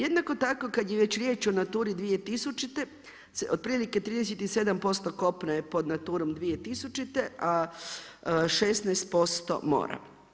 Jednako tako kad je već riječ o NATURA-i 2000 otprilike 37% kopna je pod NATURA-om 2000. a 16% mora.